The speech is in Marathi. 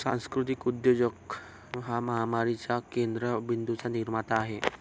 सांस्कृतिक उद्योजक हा महामारीच्या केंद्र बिंदूंचा निर्माता आहे